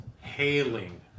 Hailing